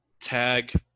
tag